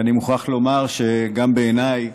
ואני מוכרח לומר שגם בעיניי